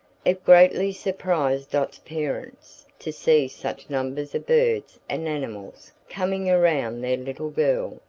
it greatly surprised dot's parents to see such numbers of birds and animals coming around their little girl,